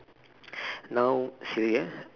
now silly uh